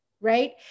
right